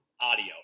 audio